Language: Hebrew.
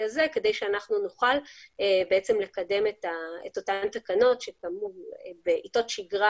הזה כדי שאנחנו נוכל לקדם את אותן תקנות שבעתות שגרה